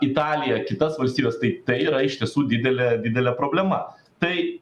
italiją kitas valstybes tai tai yra iš tiesų didelė didelė problema tai